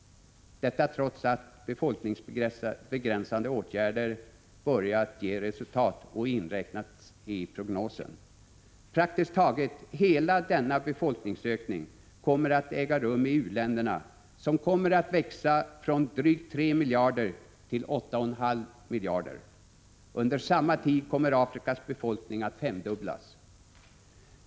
Detta trots att befolkningsbegränsande åtgärder börjat ge resultat och inräknats i prognosen. Praktiskt taget hela denna befolkningsökning kommer att äga rum i u-länderna, vilkas befolkning kommer att växa från drygt 3 miljarder till 8,5 miljarder. Under samma tid kommer Afrikas befolkning att femdubblas.